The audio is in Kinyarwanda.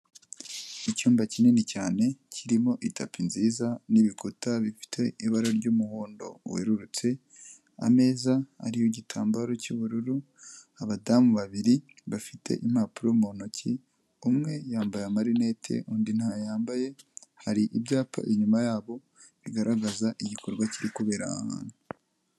Icyumba kinini cyane kirimo itapi nziza n'ibikuta bifite ibara ry'umuhondo werurutse, ameza ariho igitambaro cy'ubururu, abadamu babiri bafite impapuro mu ntoki, umwe yambaye marinete, undi ntayo yambaye, hari ibyapa inyuma yabo bigaragaza igikorwa kiri kubera aha hantu.